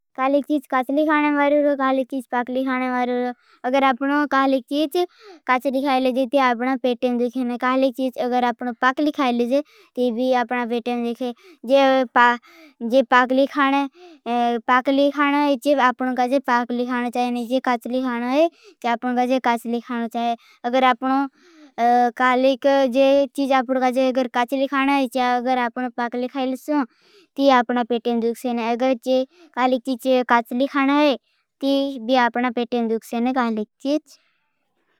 कालिक चीज काच लिखाने मारूर। कालिक चीज पाक लिखाने मारूर। अगर आपनों कालिक चीज काच लिखालेजे। ते आपना पेटे में दुखें। कालिक चीज अगर आपनों पाक लिखालेजे। ते भी आपना पेटे में दुखें। कालिक चीज पाक लिखाने मारूर। कालिक चीज पाक लिखालेजे, ते आपना पेटे में दुखें।